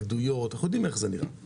התנגדויות, אנחנו יודעים איך זה נראה.